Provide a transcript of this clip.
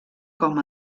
com